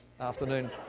afternoon